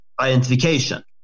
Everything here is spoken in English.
identification